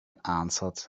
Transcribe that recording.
answered